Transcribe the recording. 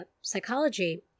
psychology